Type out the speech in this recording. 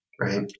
right